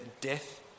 death